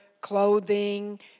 clothing